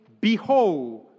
Behold